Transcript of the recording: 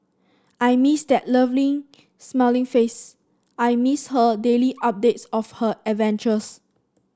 I miss that lovely smiling face I miss her daily updates of her adventures